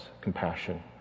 compassion